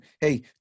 Hey